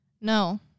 No